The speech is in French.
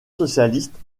socialiste